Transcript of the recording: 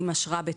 עם אשרה בתוקף?